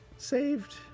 Saved